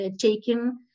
taken